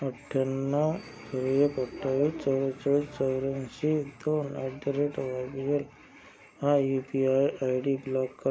अठ्ठ्याण्णव एक अठ्ठावीस चव्वेचाळीस चौऱ्याऐंशी दोन at the rate O R G वर हा U P I I D block करा